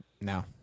No